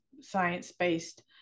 science-based